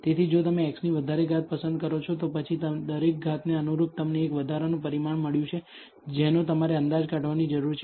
તેથી જો તમે x ની વધારે ઘાત પસંદ કરો છો તો પછી દરેક ઘાતને અનુરૂપ તમને એક વધારાનું પરિમાણ મળ્યું છે જેનો તમારે અંદાજ કાઢવાની જરૂર છે